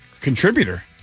contributor